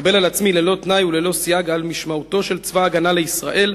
לקבל על עצמי ללא תנאי וללא סייג עול משמעתו של צבא-הגנה לישראל,